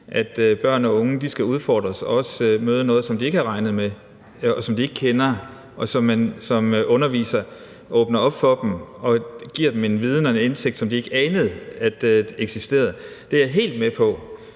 at børn og unge skal udfordres og også møde noget, som de ikke har regnet med, og som de ikke kender, og som man som underviser åbner op for dem – man giver dem en viden om og en indsigt i noget, som de ikke anede eksisterede. Det er jeg helt med på.